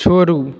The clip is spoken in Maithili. छोड़ू